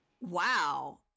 Wow